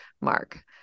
Mark